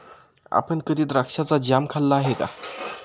आपण कधी द्राक्षाचा जॅम खाल्ला आहे का?